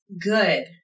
good